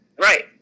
Right